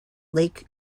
lake